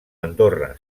andorra